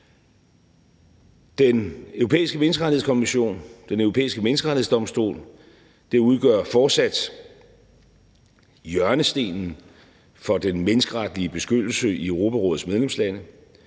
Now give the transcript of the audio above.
Den Europæiske Menneskerettighedsdomstol udgør fortsat hjørnestenen for den menneskeretlige beskyttelse i Europarådets medlemslande,